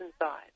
inside